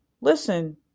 listen